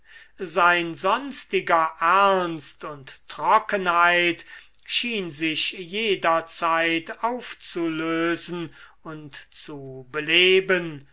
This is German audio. sein sonstiger ernst und trockenheit schien sich jederzeit aufzulösen und zu beleben